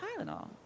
Tylenol